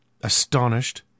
astonished